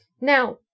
Now